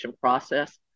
process